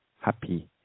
happy